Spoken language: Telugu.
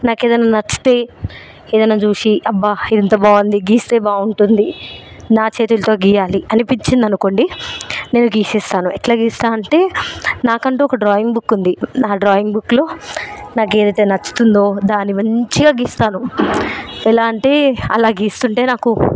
నాకు ఏదైనా నచ్చితే అబ్బా ఇది ఎంత బాగుంది గీస్తే బాగుంటుంది నా చేతులతో గీయాలి అనిపించింది అనుకోండి నేను గీసేస్తాను ఎట్లా గీస్తాను అంటే నాకు అంటూ ఒక డ్రాయింగ్ బుక్ ఉంది నా డ్రాయింగ్ బుక్లో నాకు ఏదైతే నచ్చుతుందో దాన్ని మంచిగా గీస్తాను ఎలా అంటే అలా గీస్తుంటే నాకు